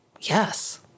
yes